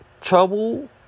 Trouble